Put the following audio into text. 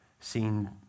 seen